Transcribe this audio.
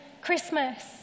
Christmas